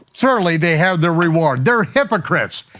certainly they had their reward, they're hypocrites.